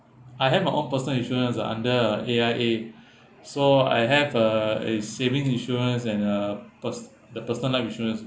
I have my own personal insurance uh under A_I_A so I have uh a savings insurance and uh per~ the person life insurance